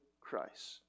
Christ